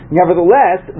nevertheless